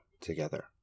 together